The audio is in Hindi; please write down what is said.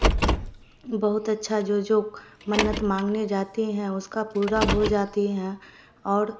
बहुत अच्छा जो जो मन्नत मांगने जाते हैं उसका पूरा हो जाता है और